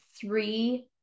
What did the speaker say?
three